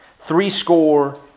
threescore